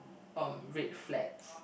um red flats